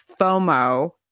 FOMO